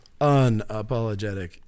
Unapologetic